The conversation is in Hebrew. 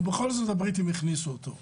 ובכל זאת הבריטים הכניסו אותו.